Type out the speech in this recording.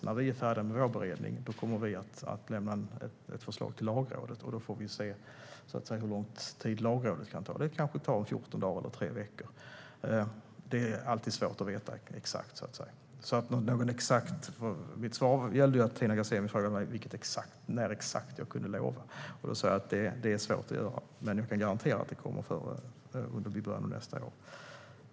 När vi är färdiga med vår beredning kommer vi att lämna ett förslag till Lagrådet, och så får vi se hur lång tid Lagrådet behöver. Det kanske tar 14 dagar till tre veckor. Det är alltid svårt att veta exakt. Mitt svar gällde Tina Ghasemis fråga när exakt jag kunde lova, och då sa jag att det är svårt att säga. Men jag kan garantera att det kommer i början av nästa år.